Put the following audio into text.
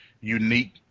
unique